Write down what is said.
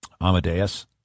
Amadeus